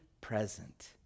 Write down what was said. present